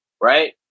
right